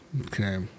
Okay